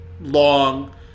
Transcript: long